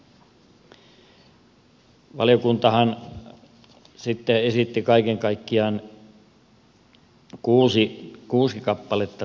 valiokuntahan sitten esitti kaiken kaikkiaan kuusi kappaletta lausumaehdotuksia